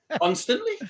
constantly